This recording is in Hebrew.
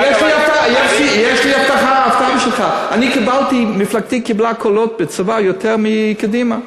יש לי הפתעה בשבילך: מפלגתי קיבלה קולות בצבא יותר מקדימה.